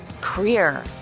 career